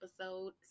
episode